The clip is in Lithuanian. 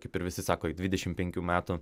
kaip ir visi sako ik dvidešimt penkių metų